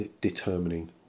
determining